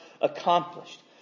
accomplished